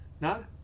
No